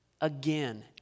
again